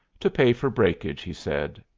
to pay for breakage, he said,